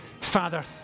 Father